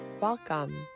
Welcome